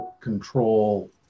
control